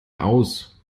aus